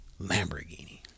Lamborghini